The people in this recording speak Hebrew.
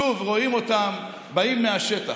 שוב, רואים אותם באים מהשטח.